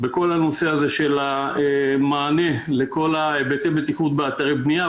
בכל הנושא של המענה לכל היבטי הבטיחות באתרי הבנייה,